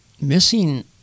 missing